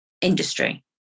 industry